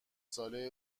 ساله